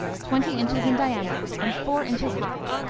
twenty inches in diameter and four inches high,